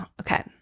Okay